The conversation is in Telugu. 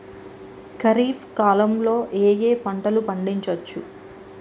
ఖరీఫ్ కాలంలో ఏ ఏ పంటలు పండించచ్చు?